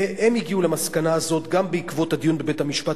הם הגיעו למסקנה הזאת גם בעקבות הדיון בבית-המשפט